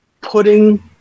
putting